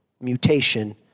Mutation